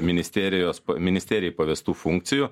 ministerijos ministerijai pavestų funkcijų